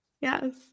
Yes